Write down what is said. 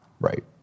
right